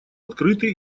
открытый